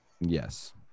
Yes